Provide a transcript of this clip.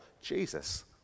Jesus